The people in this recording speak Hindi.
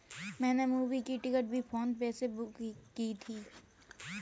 मैंने मूवी की टिकट भी फोन पे से ही बुक की थी